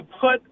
put